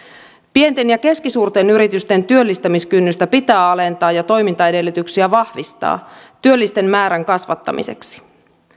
pienten ja keskisuurten yritysten työllistämiskynnystä pitää alentaa ja toimintaedellytyksiä vahvistaa työllisten määrän kasvattamiseksi